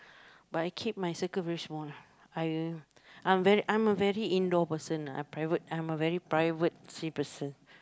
but I keep my circle very small lah I I'm very I'm a very indoor person private I'm a very privacy person